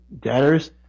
debtors